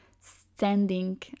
standing